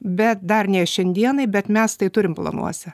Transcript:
bet dar ne šiandienai bet mes tai turim planuose